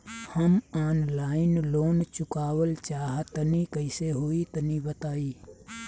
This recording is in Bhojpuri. हम आनलाइन लोन चुकावल चाहऽ तनि कइसे होई तनि बताई?